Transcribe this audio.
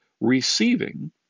receiving